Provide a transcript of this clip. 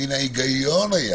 מן ההיגיון היה